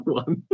one